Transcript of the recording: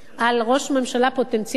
על ראש ממשלה פוטנציאלי,